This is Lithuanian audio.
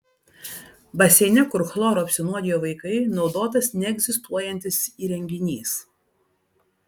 baseine kur chloru apsinuodijo vaikai naudotas neegzistuojantis įrenginys